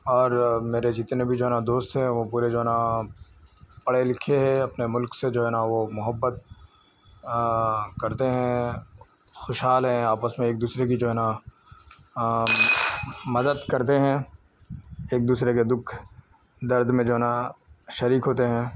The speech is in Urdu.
اور میرے جتنے بھی جو ہیں نا دوست ہیں وہ پورے جو ہیں نا پڑھے لکھے ہیں اپنے ملک سے جو ہے نا وہ محبت کرتے ہیں خوشحال ہیں آپس میں ایک دوسرے کی جو ہے نا مدد کرتے ہیں ایک دوسرے کے دکھ درد میں جو ہے نا شریک ہوتے ہیں